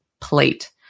plate